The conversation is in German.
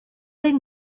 den